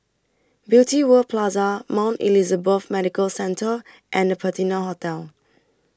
Beauty World Plaza Mount Elizabeth Medical Centre and The Patina Hotel